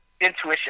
intuition